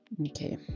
okay